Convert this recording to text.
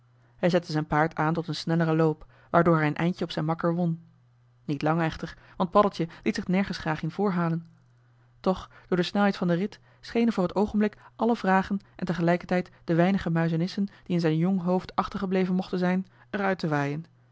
hij zette zijn paard aan tot een snelleren loop waardoor hij een eindje op zijn makker won niet lang echter want paddeltje liet zich nerjoh h been paddeltje de scheepsjongen van michiel de ruijter gens graag in voor halen toch door de snelheid van den rit schenen voor t oogenblik alle vragen en tegelijkertijd de weinige muizenissen die in zijn jong hoofd achtergebleven mochten zijn er uit te waaien